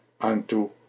unto